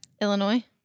Illinois